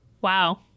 Wow